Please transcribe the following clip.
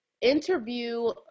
interview